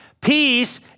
Peace